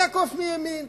הוא יעקוף מימין.